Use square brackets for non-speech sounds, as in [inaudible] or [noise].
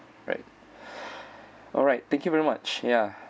right [breath] alright thank you very much ya